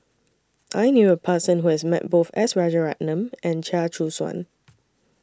I knew A Person Who has Met Both S Rajaratnam and Chia Choo Suan